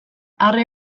arre